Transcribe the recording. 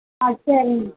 அது சரிங்க